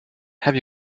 have